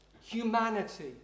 humanity